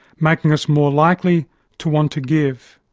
making us more likely to want to give.